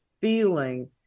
feeling